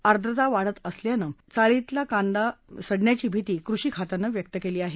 आर्द्रता वाढणार असल्यानं चाळीतली कांदा पिके सडण्याची भीती कृषी खात्यानं व्यक्त केली आहे